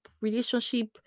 relationship